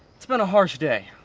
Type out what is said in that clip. it's been a harsh day.